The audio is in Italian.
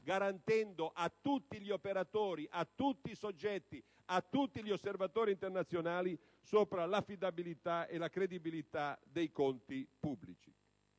garantendo a tutti gli operatori, a tutti i soggetti, a tutti gli osservatori internazionali l'affidabilità e la credibilità dei conti pubblici.